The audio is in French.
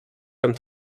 comme